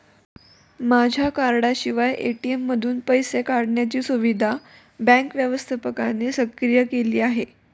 माझ्या कार्डाशिवाय ए.टी.एम मधून पैसे काढण्याची सुविधा बँक व्यवस्थापकाने सक्रिय केली आहे